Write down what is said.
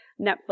Netflix